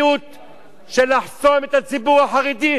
של לחסום את הציבור החרדי בכל דרך.